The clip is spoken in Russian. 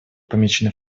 помечены